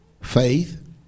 faith